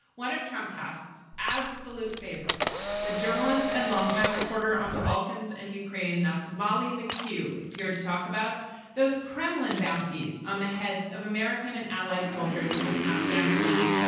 one of trump casts absolute favorites, the journalist and longtime reporter on the balkans and ukraine. that's molly mckew is here to talk about those kremlin bounties on the heads of american and allied soldiers in afghanistan.